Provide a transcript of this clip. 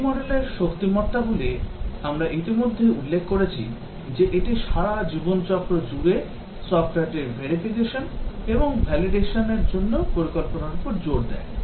V model র শক্তিমত্তাগুলি আমরা ইতিমধ্যে উল্লেখ করেছি যে এটি সারা জীবন চক্র জুড়ে সফ্টওয়্যারটির verification ও validation র জন্য পরিকল্পনার উপর জোর দেয়